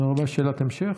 תודה רבה, שאלת המשך.